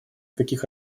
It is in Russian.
каких